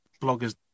bloggers